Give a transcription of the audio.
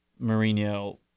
Mourinho